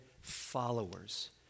followers